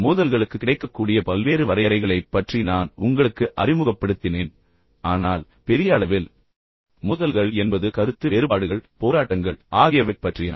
மோதல்களுக்கு கிடைக்கக்கூடிய பல்வேறு வரையறைகளைப் பற்றி நான் உங்களுக்கு அறிமுகப்படுத்தினேன் ஆனால் பெரிய அளவில் மோதல்கள் என்பது கருத்து வேறுபாடுகள் போராட்டங்கள் சண்டைகள் ஆகியவை பற்றியன